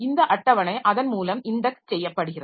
இந்த அட்டவணை அதன்மூலம் இன்டெக்ஸ் செய்யப்படுகிறது